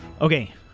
Okay